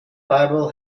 bible